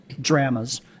dramas